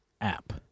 app